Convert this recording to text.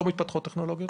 לא מתפתחות טכנולוגיות?